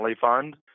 fund